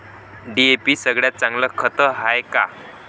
DAP सगळ्यात चांगलं खत हाये का?